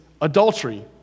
adultery